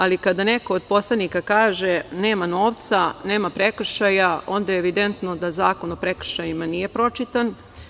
Ali, kada neko od poslanika kaže – nema novca, nema prekršaja, onda je evidentno da Zakon o prekršajima nije pročitan.